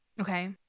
Okay